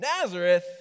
Nazareth